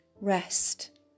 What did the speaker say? Rest